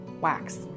wax